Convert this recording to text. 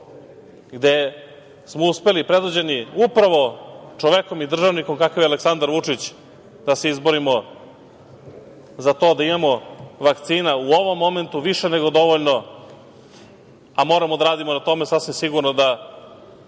gde smo uspeli predvođeni upravo čovekom i državnikom kakav je Aleksandra Vučić da se izborimo za to da imamo vakcina u ovom momentu više nego dovoljno, a moramo da radimo na tome sasvim sigurno da